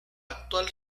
actual